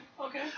okay